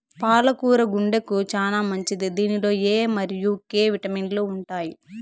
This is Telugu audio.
పాల కూర గుండెకు చానా మంచిది దీనిలో ఎ మరియు కే విటమిన్లు ఉంటాయి